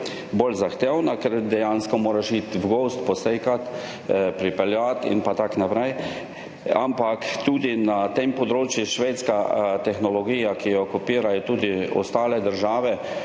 bolj zahtevna, ker dejansko moraš iti v gozd, posekati, pripeljati in tako naprej. Ampak tudi na tem področju je dobra švedska tehnologija, ki jo kopirajo tudi ostale države,